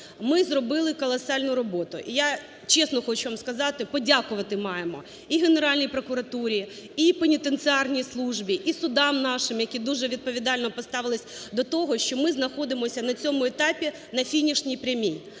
ми зробили колосальну роботу. І я чесно хочу вам сказати, подякувати маємо і Генеральній прокуратурі, і пенітенціарній службі, і судам нашим, які дуже відповідально поставилися до того, що ми знаходимося на цьому етапі на фінішній прямій.